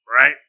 Right